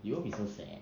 you won't be so sad